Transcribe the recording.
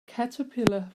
caterpillar